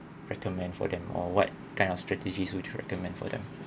recommend for them or what kind of strategies would you recommend for them